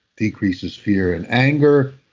decreases fear and anger,